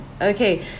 Okay